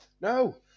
No